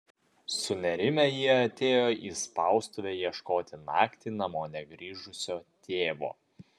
sunerimę jie atėjo į spaustuvę ieškoti naktį namo negrįžusio tėvo